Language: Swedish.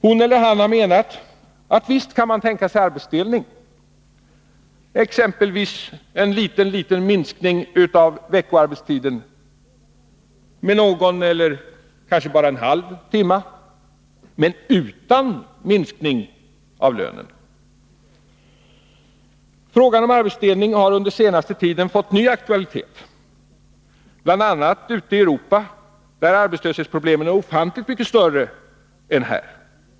Hon eller han har menat: Visst kan man tänka sig en arbetsdelning genom exempelvis en liten minskning av veckoarbetstiden med någon timme eller kanske bara en halv timme — men utan minskning av lönen. Frågan om arbetsdelning har under den senaste tiden fått ny aktualitet, bl.a. ute i Europa, där arbetslöshetsproblemen är ofantligt mycket större än här.